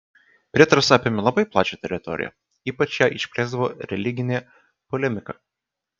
prietaras apėmė labai plačią teritoriją ypač ją išplėsdavo religinė polemika